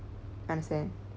understand